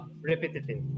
repetitive